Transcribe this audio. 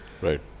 Right